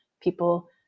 people